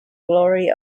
glory